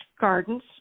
Gardens